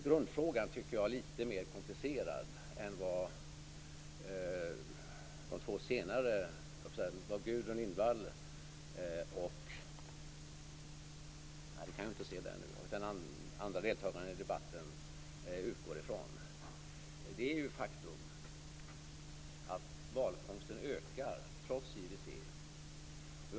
Grundfrågan tycker jag dock är lite mera komplicerad än vad Gudrun Lindvall och den tredje deltagaren i debatten utgår från. Faktum är att valfångsten ökar, trots IWC.